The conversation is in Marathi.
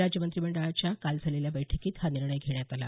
राज्य मंत्रिमंडळाच्या काल झालेल्या बैठकीत हा निर्णय घेण्यात आला